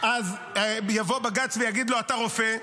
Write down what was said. אז יבוא בג"ץ ויגיד לו: אתה רופא,